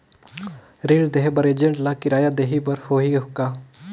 ऋण देहे बर एजेंट ला किराया देही बर होही का?